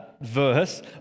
Verse